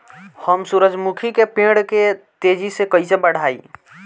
हम सुरुजमुखी के पेड़ के तेजी से कईसे बढ़ाई?